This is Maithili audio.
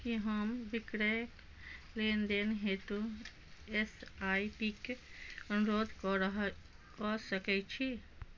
कि हम विक्रय लेनदेन हेतु एस आइ पिक अनुरोध कऽ रहल कऽ सकै छी